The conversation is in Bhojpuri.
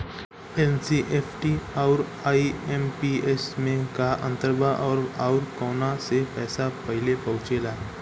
एन.ई.एफ.टी आउर आई.एम.पी.एस मे का अंतर बा और आउर कौना से पैसा पहिले पहुंचेला?